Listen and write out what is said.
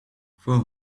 four